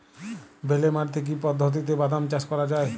বেলে মাটিতে কি পদ্ধতিতে বাদাম চাষ করা যায়?